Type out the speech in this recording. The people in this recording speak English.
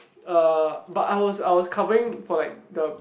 uh but I was I was covering for like the